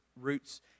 Roots